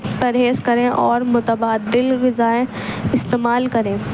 پرہیز کریں اور متبادل غذائیں استعمال کریں